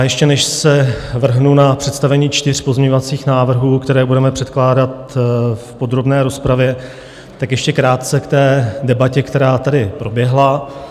Ještě než se vrhnu na představení čtyř pozměňovacích návrhů, které budeme předkládat v podrobné rozpravě, ještě krátce k debatě, která tady proběhla.